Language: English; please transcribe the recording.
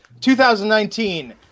2019